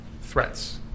threats